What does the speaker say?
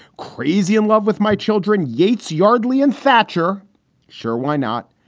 crazy in love with my children, yates', yardley and thatcher sure, why not?